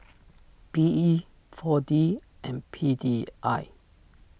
P E four D and P D I